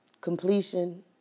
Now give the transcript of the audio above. Completion